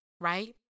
right